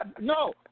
No